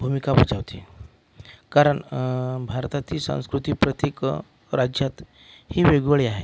भूमिका बजावते कारण भारतातील सांस्कृतिक प्रत्येक राज्यात ही वेगवेगळी आहे